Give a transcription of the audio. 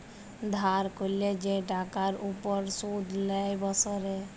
ধার ক্যরলে যে টাকার উপর শুধ লেই বসরে